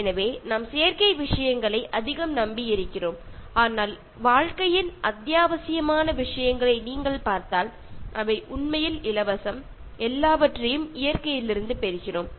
எனவே நாம் செயற்கை விஷயங்களை அதிகம் நம்பியிருக்கிறோம் ஆனால் வாழ்க்கையில் அத்தியாவசியமான விஷயங்களை நீங்கள் பார்த்தால் அவை உண்மையில் இலவசம் எல்லாவற்றையும் இயற்கையிலிருந்து பெறுகிறோம்